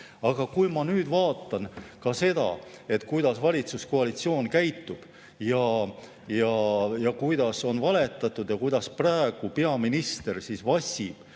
Aga kui ma nüüd vaatan ka seda, kuidas valitsuskoalitsioon käitub, kuidas on valetatud ja kuidas praegu peaminister vassib